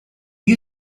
you